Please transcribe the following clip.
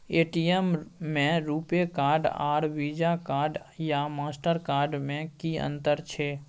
ATM में RuPay card आर Visa card या मास्टर कार्ड में कि अतंर छै?